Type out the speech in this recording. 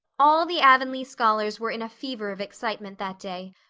all the avonlea scholars were in a fever of excitement that day,